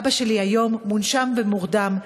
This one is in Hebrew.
אבא שלי היום מונשם ומורדם,